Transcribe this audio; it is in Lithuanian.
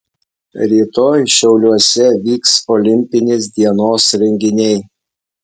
rytoj šiauliuose vyks olimpinės dienos renginiai